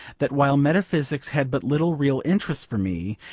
that while meta-physics had but little real interest for me,